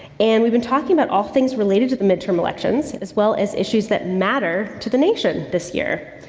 and, we've been talking about all things related to the midterm elections as well as issues that matter to the nation this year.